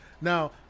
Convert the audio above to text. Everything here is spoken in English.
Now